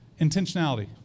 Intentionality